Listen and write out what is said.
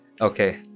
okay